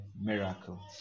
miracle